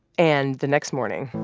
and the next morning.